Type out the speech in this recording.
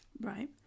Right